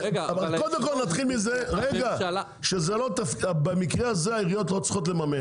אבל קודם כל נתחיל מזה שבמקרה הזה העיריות לא צריכות לממן.